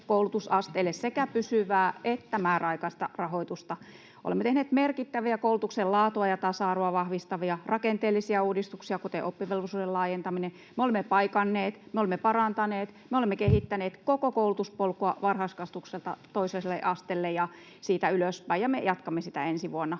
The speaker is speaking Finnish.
sekä pysyvää että määräaikaista rahoitusta. Olemme tehneet merkittäviä koulutuksen laatua ja tasa-arvoa vahvistavia rakenteellisia uudistuksia, kuten oppivelvollisuuden laajentamisen. Me olemme paikanneet, me olemme parantaneet, me olemme kehittäneet koko koulutuspolkua varhaiskasvatukselta toiselle asteelle ja siitä ylöspäin, ja me jatkamme sitä ensi vuonna.